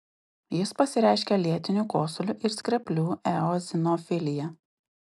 jis pasireiškia lėtiniu kosuliu ir skreplių eozinofilija